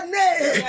name